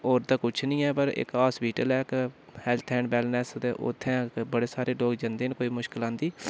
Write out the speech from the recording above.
होर ते कुछ नी ऐ पर इक हास्पिटल ऐ इक है्ल्थ ऐंड बैल्लनैस ते उत्थें बड़े सारे लोग जंदे न कोई मुश्कल आंदी